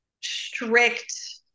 strict